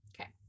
Okay